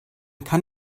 kann